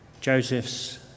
Joseph's